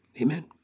Amen